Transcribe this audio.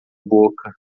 boca